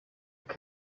eine